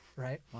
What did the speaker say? Right